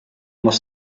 must